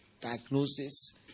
diagnosis